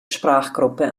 sprachgruppe